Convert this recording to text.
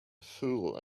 fool